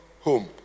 home